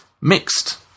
mixed